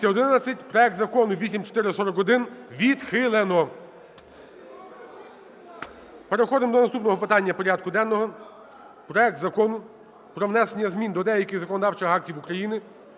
Проект Закону 8441 відхилено. Переходимо до наступного питання порядку денного. Проект Закону про внесення змін до деяких законодавчих актів України